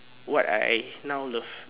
what I now love